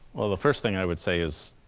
well, the first thing i would say is